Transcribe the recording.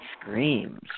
screams